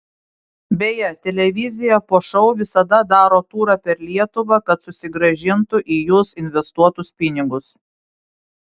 beje televizija po šou visada daro turą per lietuvą kad susigrąžintų į jus investuotus pinigus